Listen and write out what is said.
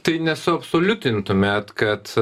tai nesuabsoliutintumėt kad